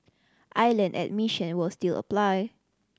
island admission will still apply